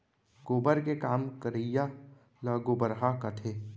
गोबर के काम करइया ल गोबरहा कथें